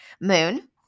Moon